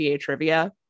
trivia